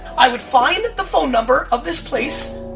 i would find the phone number of this place.